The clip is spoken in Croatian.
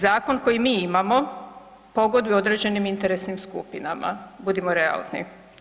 Zakon koji mi imamo pogoduje određenim interesnim skupinama, budimo realni.